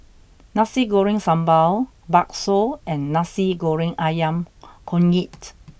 Nasi Goreng Sambal Bakso and Nasi Goreng Ayam Kunyit